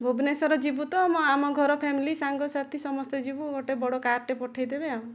ଭୁବନେଶ୍ୱର ଯିବୁତ ଆମ ଘର ଫ୍ୟାମିଲି ସାଙ୍ଗସାଥି ସମସ୍ତେ ଯିବୁ ଗୋଟିଏ ବଡ଼ କାର୍ ଟେ ପଠାଇଦେବେ ଆଉ